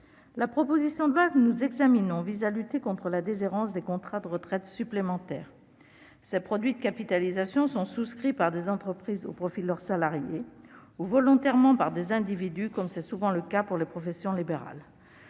La proposition de loi que nous examinons vise à lutter contre la déshérence des contrats d'épargne retraite supplémentaire. Ces produits de capitalisation sont souscrits par des entreprises au profit de leurs salariés, ou volontairement par des individus, comme c'est souvent le cas pour les professions libérales.